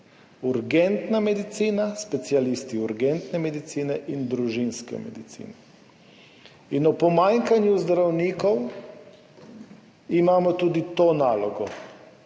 urgentna medicina, specialisti urgentne medicine in družinske medicine. Ob pomanjkanju zdravnikov imamo tudi to nalogo.